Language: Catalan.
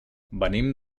venim